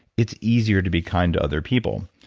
it's easier to be kind to other people.